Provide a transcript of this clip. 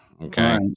Okay